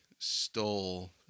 stole